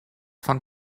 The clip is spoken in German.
von